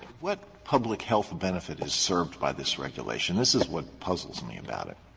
what public health benefit is served by this regulation? this is what puzzles me about it.